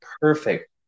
perfect